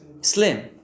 slim